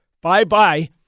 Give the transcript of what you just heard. Bye-bye